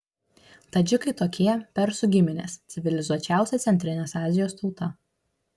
tadžikai tokie persų giminės civilizuočiausia centrinės azijos tauta